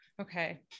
Okay